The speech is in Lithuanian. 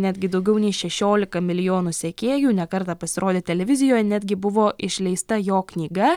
netgi daugiau nei šešiolika milijonų sekėjų ne kartą pasirodė televizijoj netgi buvo išleista jo knyga